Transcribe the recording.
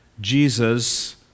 Jesus